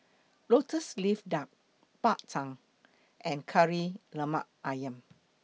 Lotus Leaf Duck Bak Chang and Kari Lemak Ayam